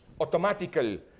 automatical